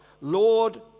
Lord